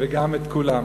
וגם את כולם.